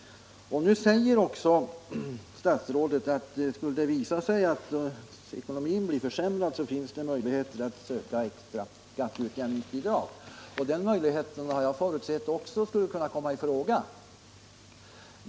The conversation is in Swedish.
Nu säger också statsrådet att om det skulle visa sig att ekonomin blir försämrad så finns det möjlighet att söka extra skatteutjämningsbidrag. Den möjligheten har jag också förutsatt skulle kunna komma i fråga.